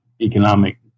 economic